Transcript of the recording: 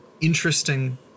interesting